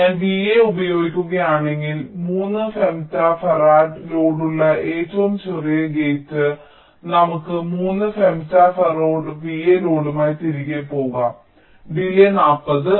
ഞാൻ vA ഉപയോഗിക്കുകയാണെങ്കിൽ 3 femtofarad ലോഡുള്ള ഏറ്റവും ചെറിയ ഗേറ്റ് നമുക്ക് 3 ഫെംറ്റോഫറാഡ്സ് vA ലോഡുമായി തിരികെ പോകാം ഡിലേയ് 40